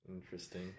Interesting